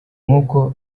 nk’uko